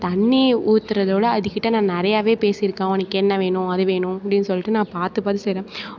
தண்ணிர் ஊத்துகிறதோட அதுகிட்டே நான் நிறையவே பேசியிருக்கேன் உனக்கு என்ன வேணும் அது வேணும் அப்படீன்னு சொல்லிட்டு நான் பார்த்து பார்த்து செய்கிறேன்